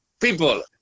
people